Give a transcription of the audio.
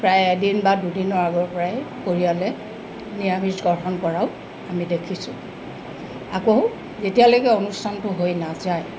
প্ৰায় এদিন বা দুদিনৰ আগৰ পৰাই পৰিয়ালে নিৰামিষ গ্ৰহণ কৰাও আমি দেখিছোঁ আকৌ যেতিয়ালৈকে অনুষ্ঠানটো হৈ নাযায়